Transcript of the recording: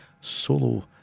Solo